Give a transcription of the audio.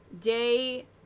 day